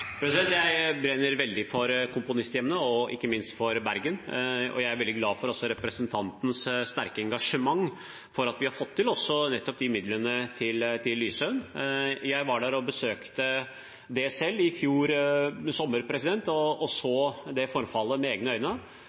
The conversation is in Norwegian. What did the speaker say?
Jeg brenner veldig for komponisthjemmene, og ikke minst for Bergen, og jeg er også veldig glad for representantens sterke engasjement for å få nettopp midlene til Lysøen. Jeg var der og besøkte det selv i fjor sommer og så forfallet med egne øyne.